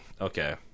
Okay